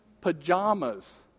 pajamas